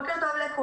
בוקר טוב לכולם.